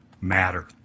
matter